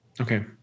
Okay